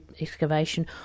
excavation